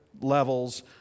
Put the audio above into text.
levels